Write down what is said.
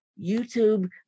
YouTube